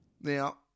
Now